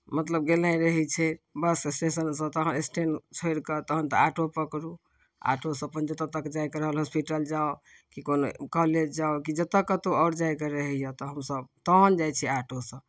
मतलब गेनाइ रहै छै बस स्टेशनसँ तऽ अहाँ स्टैंड छोड़ि कऽ तखन तऽ ऑटो पकड़ू ऑटोसँ अपन जतय तक जायके रहल अपन हॉस्पिटल जाउ कि कोनो कॉलेज जाउ की जतय कतहु आओर जायके रहैए तऽ हमसभ तखन जाइ छियै ऑटोसँ